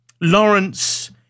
Lawrence